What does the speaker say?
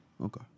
Okay